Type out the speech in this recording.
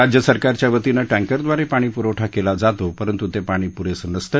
राज्य सरकारच्या वतीनं टँकरद्वारे पाणी पुरवठा केला जातो परंतु ते पाणी प्रेसे नसते